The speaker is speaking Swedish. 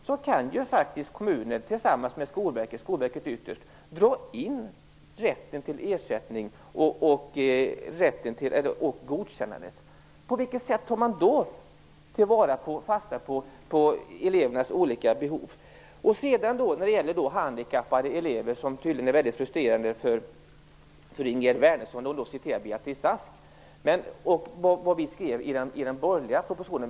Då kan ju faktiskt kommunen, tillsammans med Skolverket ytterst, dra in rätten till ersättning och dra in godkännandet. På vilket sätt tar man då fasta på elevernas olika behov? Sedan vill jag ta upp detta med handikappade elever. Det är tydligen väldigt frustrerande för Ingegerd Wärnersson. Hon citerade Beatrice Ask och vad vi skrev i den borgerliga propositionen.